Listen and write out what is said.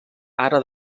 ara